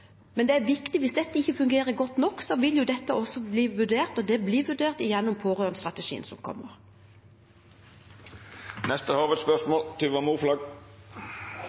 Men det er viktig at hvis dette ikke fungerer godt nok, vil det også bli vurdert – og det blir vurdert gjennom pårørendestrategien som kommer. Me går til neste hovudspørsmål. Mitt spørsmål